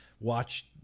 watch